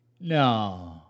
no